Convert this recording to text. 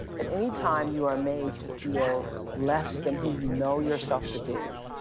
at any time, you are made to feel less than who you know yourself to be,